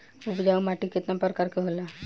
उपजाऊ माटी केतना प्रकार के होला?